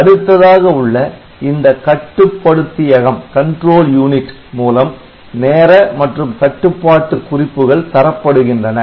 அடுத்ததாக உள்ள இந்த கட்டுப்படுத்தியகம் மூலம் நேர மற்றும் கட்டுப்பாட்டு குறிப்புகள் தரப்படுகின்றன